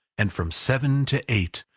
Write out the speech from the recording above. and from seven to eight,